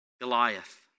Goliath